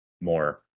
more